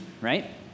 right